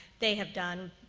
they have done.